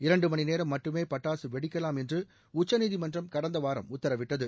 இரண்டு மணிநேரம் மட்டுமே பட்டாசு வெடிக்கலாம் என்று உச்சநீதிமன்றம் கடந்த வாரம் உத்தரவிட்டது